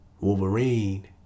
Wolverine